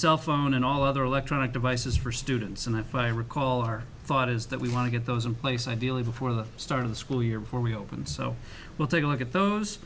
cell phone and all other electronic devices for students and if i recall our thought is that we want to get those in place ideally before the start of the school year before we open so we'll take a look at those